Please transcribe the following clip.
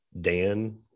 Dan